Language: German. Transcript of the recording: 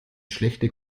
schlechte